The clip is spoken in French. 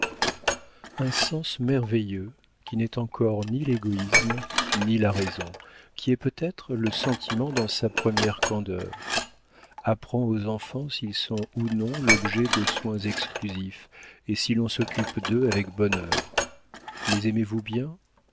un sens merveilleux qui n'est encore ni l'égoïsme ni la raison qui est peut-être le sentiment dans sa première candeur apprend aux enfants s'ils sont ou non l'objet de soins exclusifs et si l'on s'occupe d'eux avec bonheur les aimez-vous bien